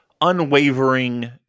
unwavering